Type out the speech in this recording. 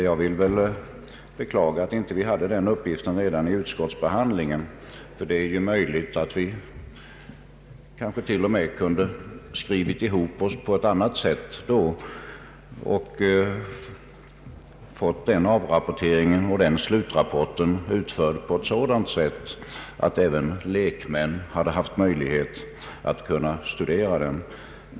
Jag beklagar att vi inte hade den uppgiften redan vid utskottsbehandlingen, ty det är möjligt att vi då kunde ha skrivit ihop oss på ett annat sätt och fått denna avrapportering och denna slutrapport utförda på ett sådant sätt att även lekmän haft möjlighet att studera dem.